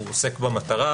הוא עוסק במטרה.